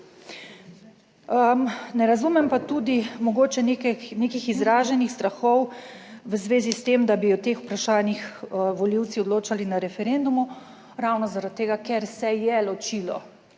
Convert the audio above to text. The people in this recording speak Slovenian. Ne razumem pa tudi mogoče nekih izraženih strahov v zvezi s tem, da bi o teh vprašanjih volivci odločali na referendumu, ravno zaradi tega, ker se je ločilo